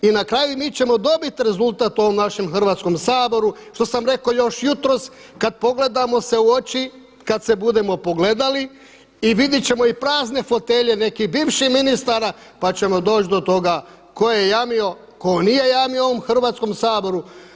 I na kraju i mi ćemo dobiti rezultat u ovom našem Hrvatskom saboru što sam rekao još jutros kada pogledamo se u oči, kada se budemo pogledali i vidjeti ćemo i prazne fotelje nekih bivših ministara pa ćemo doći do toga tko je jamio, tko nije jamio u ovom Hrvatskom saboru.